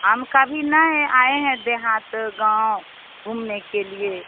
हम कभी नहीं आए हैं देहात गाँव घूमने के लिए